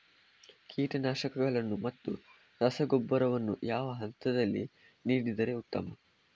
ಕೀಟನಾಶಕಗಳನ್ನು ಮತ್ತು ರಸಗೊಬ್ಬರವನ್ನು ಯಾವ ಹಂತದಲ್ಲಿ ನೀಡಿದರೆ ಉತ್ತಮ?